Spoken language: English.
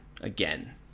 again